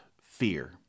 fear